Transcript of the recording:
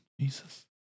Jesus